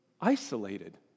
Isolated